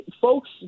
folks